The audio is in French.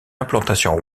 implantation